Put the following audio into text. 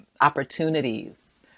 opportunities